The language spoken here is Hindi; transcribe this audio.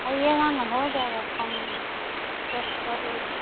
आइएगा ना हो जाएगा कम टेस्ट कर लीजिए